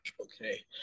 okay